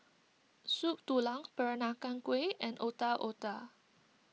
Soup Tulang Peranakan Kueh and Otak Otak